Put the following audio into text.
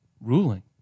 Ruling